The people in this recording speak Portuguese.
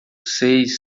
seis